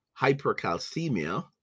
hypercalcemia